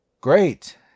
Great